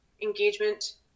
engagement